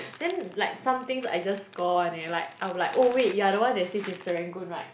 then like some things I just score [one] eh like I'm like oh wait you're the one that stays in Serangoon right